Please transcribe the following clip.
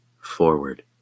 forward